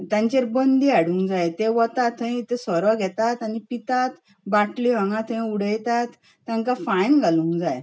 तांचेर बंदी हाडूंक जाय ते वतात थंय ते सोरो घेतात आनी पितात बाटल्यो हांगां थंय उडयतात तांकां फायन घालूंक जाय